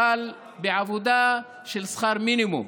אבל בעבודה של שכר מינימום.